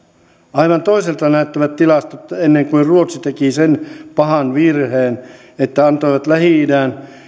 aivan toiselta näyttivät tilastot ennen kuin ruotsi teki sen pahan virheen että antoi lähi idän